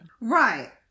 right